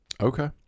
Okay